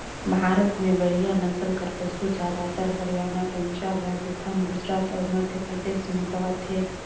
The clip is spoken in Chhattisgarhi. भारत में बड़िहा नसल कर पसु जादातर हरयाना, पंजाब, राजिस्थान, गुजरात अउ मध्यपरदेस में पवाथे